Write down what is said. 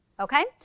Okay